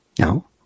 No